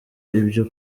ibyo